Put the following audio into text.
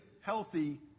healthy